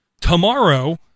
tomorrow